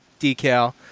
decal